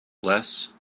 less